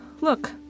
look